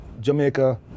Jamaica